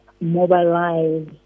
mobilize